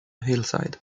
hillside